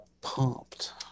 Pumped